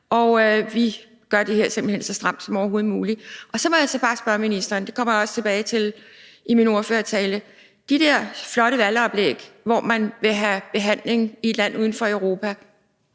og vi gør simpelt hen det her så stramt som overhovedet muligt. Så må jeg bare spørge ministeren, og det kommer jeg også tilbage til i min ordførertale, om de der flotte valgoplæg, hvor man vil have asylbehandling i et land uden for Europa.